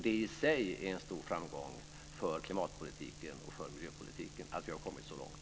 Det är en stor framgång för klimatpolitiken och för miljöpolitiken att vi har kommit så långt.